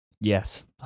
Yes